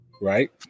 Right